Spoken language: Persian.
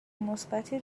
مثبتی